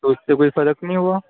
تو اُس سے کوئی فرق نہیں ہُوا